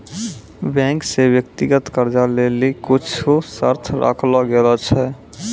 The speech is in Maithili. बैंक से व्यक्तिगत कर्जा लेली कुछु शर्त राखलो गेलो छै